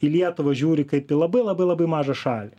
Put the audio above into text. į lietuvą žiūri kaip į labai labai labai mažą šalį